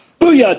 Booyah